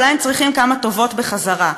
אולי הם צריכים כמה טובות בחזרה?